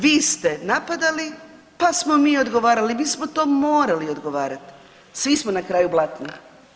Vi ste napadali pa smo mi odgovarali, mi smo to morali odgovarati, svi smo na kraju blatni.